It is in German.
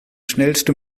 schnellste